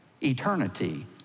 eternity